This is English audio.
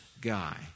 guy